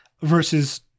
versus